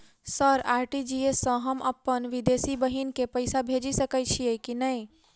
Sir RTGS सँ हम अप्पन विदेशी बहिन केँ पैसा भेजि सकै छियै की नै?